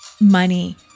money